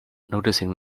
noticing